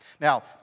Now